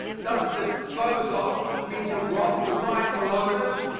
does dispose of mean to rob the rightful owners?